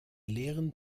lehren